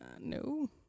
No